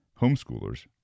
Homeschoolers